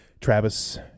Travis